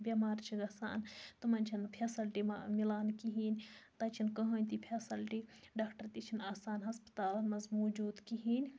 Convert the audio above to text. بیٚمار چھُ گَژھان تمن چھَنہٕ پھیسَلٹی مِلان کِہیٖنۍ تَتہِ چھنہٕ کٕہٕنۍ تہِ پھیسَلٹی ڈاکٹر تہِ چھِنہٕ آسان ہَسپَتالن مَنٛز موٗجوٗد کِہیٖنۍ